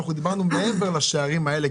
דיברנו מעבר לשערים האלה.